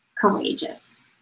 courageous